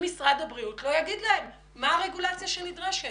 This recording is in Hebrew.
אם משרד הבריאות לא יאמר להם מה הרגולציה שנדרשת.